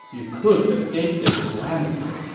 you could escape this calamity.